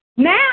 Now